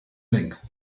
length